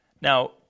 Now